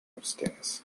upstairs